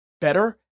better